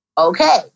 Okay